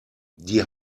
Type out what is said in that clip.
die